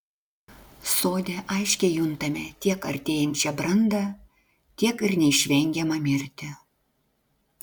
sode aiškiai juntame tiek artėjančią brandą tiek ir neišvengiamą mirtį